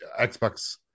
Xbox